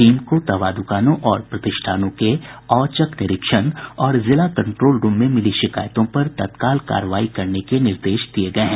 team को दवा दुकानों और प्रतिष्ठानों के औचक निरीक्षण और जिला कंट्रोल रूम में मिली शिकायतों पर तत्काल कार्रवाई करने के निर्देश दिये गये हैं